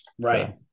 right